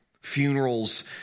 Funerals